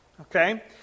okay